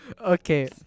Okay